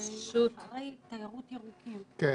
אגף מעונות היום במשרד העבודה והרווחה בנושא שלכם.